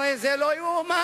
הרי זה לא ייאמן.